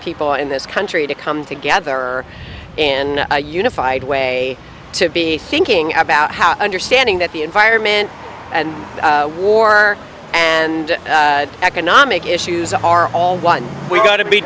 people in this country to come together in a unified way to be thinking about how understanding that the environment and war and economic issues are all what we're going to be